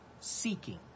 seeking